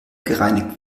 gereinigt